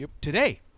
today